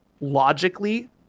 Logically